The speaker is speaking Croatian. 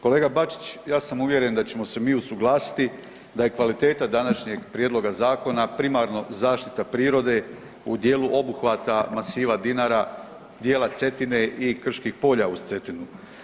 Kolega Bačić, ja sam uvjeren da ćemo se mi usuglasiti da je kvaliteta današnjeg Prijedloga zakona primarno zaštita prirode u dijelu obuhvata masiva Dinara, dijela Cetine i krških polja uz Cetinu.